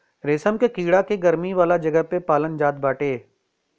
रेशम के कीड़ा के गरमी वाला जगह पे पालाल जात बाटे